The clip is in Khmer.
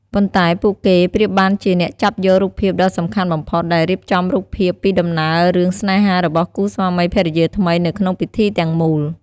ប៉ុន្តែពួកគេប្រៀបបានជាអ្នកចាប់យករូបភាពដ៏សំខាន់បំផុត ដែលរៀបចំរូបភាពពីដំណើររឿងស្នេហារបស់គូស្វាមីភរិយាថ្មីនៅក្នុងពិធីទាំងមូល។